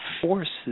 forces